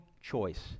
choice